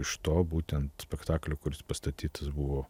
iš to būtent spektaklio kuris pastatytas buvo